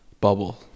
Bubble